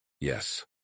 Yes